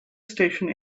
station